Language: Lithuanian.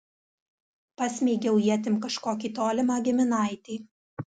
pasmeigiau ietim kažkokį tolimą giminaitį